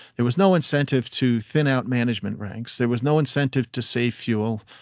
there was no incentive to thin out management ranks. there was no incentive to save fuel.